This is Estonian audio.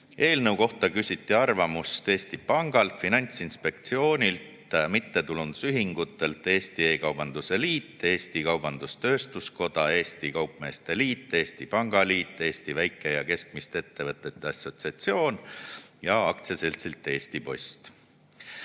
Eelnõu kohta küsiti arvamust Eesti Pangalt, Finantsinspektsioonilt, mittetulundusühingutelt, Eesti E-kaubanduse Liidult, Eesti Kaubandus-Tööstuskojalt, Eesti Kaupmeeste Liidult, Eesti Pangaliidult, Eesti Väike- ja Keskmiste Ettevõtjate Assotsiatsioonilt ja aktsiaseltsilt Eesti Post.